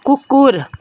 कुकुर